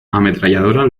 ametralladora